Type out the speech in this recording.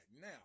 Now